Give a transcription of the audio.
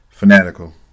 Fanatical